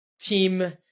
team